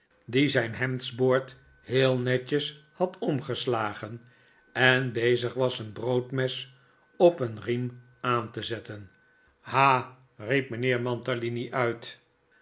die zijn hemdsboord heel wetjes liad nikolaas nickleby omgeslagen en bezig was een broodmes op een riem aan te zetten ha riep mijnheer mantalini uit